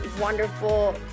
wonderful